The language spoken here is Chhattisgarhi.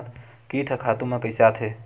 कीट ह खातु म कइसे आथे?